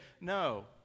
no